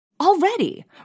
Already